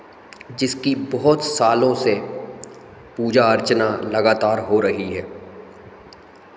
जिसकी बहुत सालों से पूजा अर्चना लगातार हो रही है